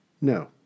No